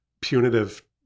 punitive